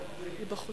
אני לפניך.